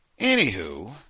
anywho